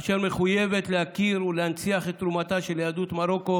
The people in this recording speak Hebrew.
אשר מחויבת להכיר ולהנציח את תרומתה של יהדות מרוקו